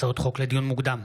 הצעות חוק לדיון מוקדם,